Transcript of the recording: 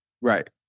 Right